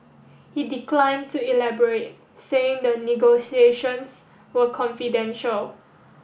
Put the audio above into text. he declined to elaborate saying the negotiations were confidential